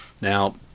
now